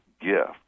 gift